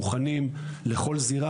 שמוכנים לכל זירה.